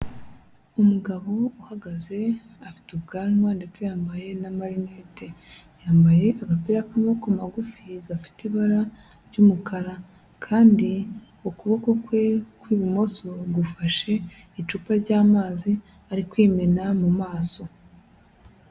Umugabo uhagaze afite ubwanwa ndetse yambaye n'amarinete, yambaye agapira k'amaboko magufi gafite ibara ry'umukara kandi ukuboko kwe kw'ibumoso gufashe icupa ry'amazi ari kwimena mu maso.